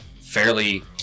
fairly